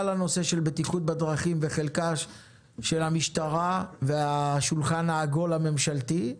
הנושא של בטיחות בדרכים וחלקה של המשטרה והשולחן העגול הממשלתי,